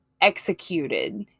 executed